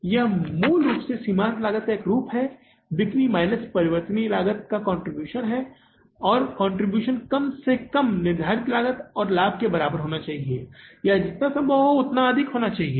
तो यह मूल रूप से सीमांत लागत का एक रूप है बिक्री माइनस परिवर्तनीय लागत का कंट्रीब्यूशन है और कंट्रीब्यूशन कम से कम निर्धारित लागत और लाभ के बराबर होना चाहिए या जितना संभव हो उतना अधिक होना चाहिए